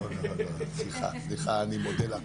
סליחה, אני מודה לך.